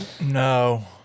No